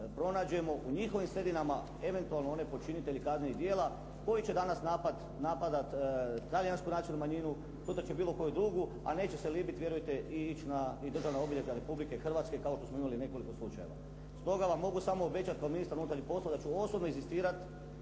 pronađemo u njihovim sredinama eventualno one počinitelje kaznenih djela koji će danas napadati talijansku nacionalnu manjinu, sutra će bilo koju drugu, a neće se libiti vjerujte i ići na i državna obilježja Republike Hrvatske, kao što smo imali nekoliko slučajeva. Stoga vam mogu samo obećati kao ministar unutarnjih poslova da ću osobno inzistirati